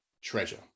treasure